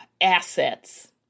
assets